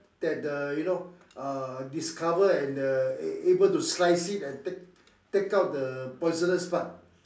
that the you know uh discover and uh a~ able to slice it and take take out the poisonous part